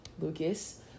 Lucas